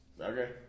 Okay